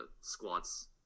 squats